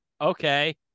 Okay